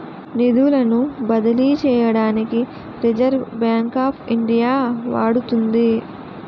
నిధులను బదిలీ చేయడానికి రిజర్వ్ బ్యాంక్ ఆఫ్ ఇండియా వాడుతుంది